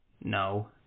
no